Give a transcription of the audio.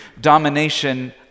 domination